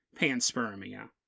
panspermia